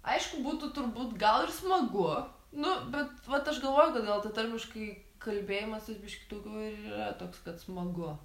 aišku būtų turbūt gal ir smagu nu bet vat aš galvoju kad gal ta tarmiškai kalbėjimas tas biškį daugiau ir yra toks kad smagu